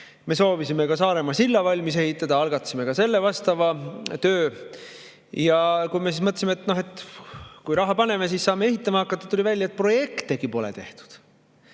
Me soovisime ka Saaremaa silla valmis ehitada, algatasime vastava töö. Me mõtlesime, et kui raha paneme, siis saame ehitama hakata, aga tuli välja, et projektegi polnud tehtud.